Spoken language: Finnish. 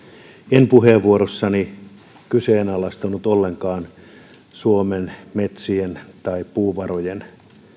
en puheenvuorossani kyseenalaistanut ollenkaan suomen metsien tai puuvarojen